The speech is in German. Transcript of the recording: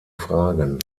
fragen